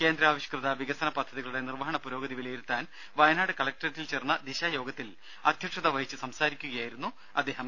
കേന്ദ്രാവിഷ്കൃത വികസന പദ്ധതികളുടെ നിർവ്വഹണ പുരോഗതി വിലയിരുത്താൻ വയനാട് കലക്ടറേറ്റിൽ ചേർന്ന ദിശ യോഗത്തിൽ അധ്യക്ഷത വഹിച്ച് സംസാരിക്കുകയായിരുന്നു അദ്ദേഹം